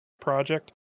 project